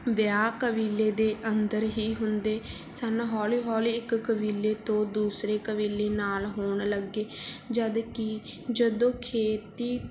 ਵਿਆਹ ਕਬੀਲੇ ਦੇ ਅੰਦਰ ਹੀ ਹੁੰਦੇ ਸਨ ਹੌਲੀ ਹੌਲੀ ਇੱਕ ਕਬੀਲੇ ਤੋਂ ਦੂਸਰੇ ਕਬੀਲੇ ਨਾਲ ਹੋਣ ਲੱਗੇ ਜਦੋਂ ਕਿ ਜਦੋਂ ਖੇਤੀ